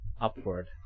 upward